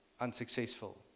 unsuccessful